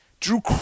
Drew